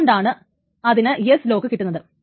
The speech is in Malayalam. അതുകൊണ്ടാണ് അതിന് S ലോക്ക് കിട്ടുന്നത്